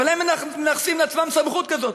אבל הם מנכסים לעצמם סמכות כזאת.